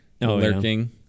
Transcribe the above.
lurking